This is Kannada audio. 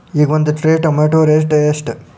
ಈಗ ಒಂದ್ ಟ್ರೇ ಟೊಮ್ಯಾಟೋ ರೇಟ್ ಎಷ್ಟ?